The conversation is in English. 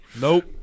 Nope